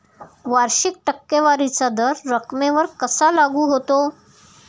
वार्षिक टक्केवारीचा दर रकमेवर कसा लागू होतो?